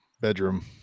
bedroom